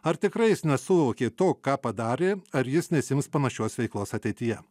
ar tikrai jis nesuvokė to ką padarė ar jis nesiims panašios veiklos ateityje